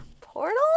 Portal